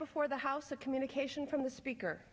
before the house a communication from the speaker